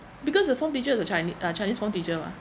because the form teacher is a chine~ uh chinese form teacher mah